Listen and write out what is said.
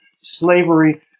Slavery